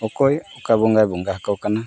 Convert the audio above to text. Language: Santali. ᱚᱠᱚᱭ ᱚᱠᱟ ᱵᱚᱸᱜᱟᱭ ᱚᱠᱟ ᱵᱚᱱ ᱠᱟᱱᱟ